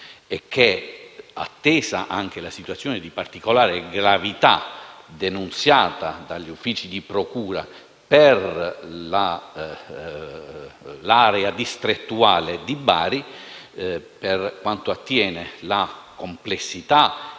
Attesa anche la situazione di particolare gravità denunziata dagli uffici della procura per l'area distrettuale di Bari per quanto attiene alla complessità